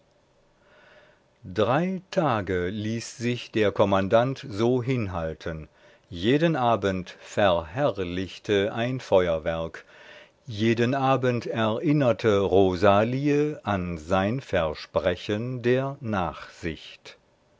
drei tage ließ sich der kommandant so hinhalten jeden abend verherrlichte ein feuerwerk jeden abend erinnerte rosalie an sein versprechen der nachsicht